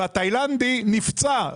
והתאילנדי נפצע.